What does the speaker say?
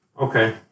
Okay